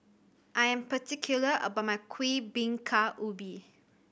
I am particular about my Kuih Bingka Ubi